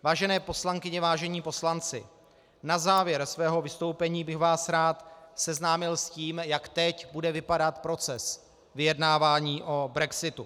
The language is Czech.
Vážené poslankyně, vážení poslanci, na závěr svého vystoupení bych vás rád seznámil s tím, jak teď bude vypadat proces vyjednávání o brexitu.